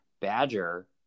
Badger